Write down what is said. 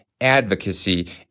advocacy